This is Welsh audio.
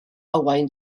owain